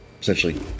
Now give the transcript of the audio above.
essentially